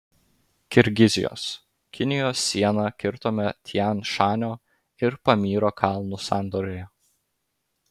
kirgizijos kinijos sieną kirtome tian šanio ir pamyro kalnų sandūroje